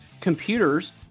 computers